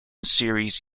series